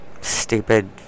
stupid